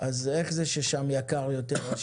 אז איך זה ששם יקר יותר?